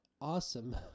awesome